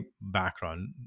background